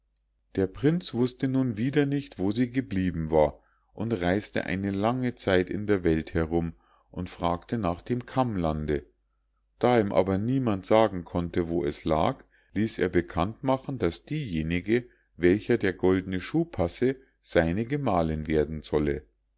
der prinz wußte nun wieder nicht wo sie geblieben war und reis'te eine lange zeit in der welt herum und fragte nach dem kammlande da ihm aber niemand sagen konnte wo es lag ließ er bekannt machen daß diejenige welcher der goldne schuh passe seine gemahlinn werden solle